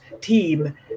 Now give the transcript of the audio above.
team